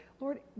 Lord